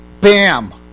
bam